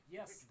yes